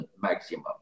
maximum